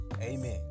Amen